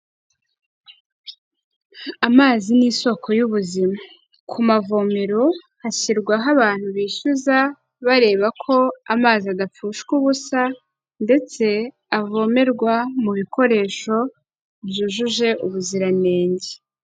Amazi ni isoko y'ubuzima. Ku mavomero hashyirwaho abantu bishyuza bareba ko amazi adapfushwa ubusa, ndetse avomerwa mu bikoresho byujuje ubuziranenge.